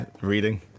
reading